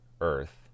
Earth